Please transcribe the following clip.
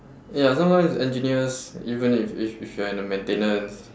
ya sometimes engineers even if if if you're in the maintenance